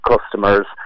customers